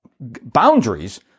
boundaries